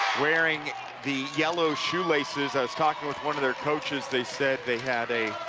wearing the yellow shoelaces i was talking with one of their coaches. they said they had a